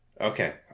Okay